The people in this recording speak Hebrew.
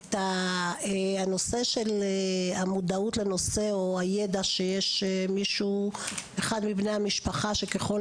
את המודעות לנושא או הידע שיש אחד מבני המשפחה שככל